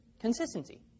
Consistency